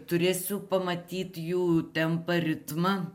turėsiu pamatyt jų tempą ritmą